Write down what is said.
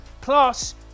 plus